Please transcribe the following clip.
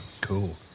Cool